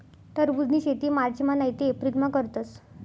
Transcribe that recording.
टरबुजनी शेती मार्चमा नैते एप्रिलमा करतस